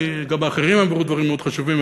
גם האחרים אמרו דברים מאוד חשובים,